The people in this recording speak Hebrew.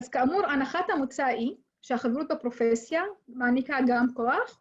‫אז כאמור, הנחת המוצא היא, ‫שהחברות בפרופסיה, מעניקה גם כוח.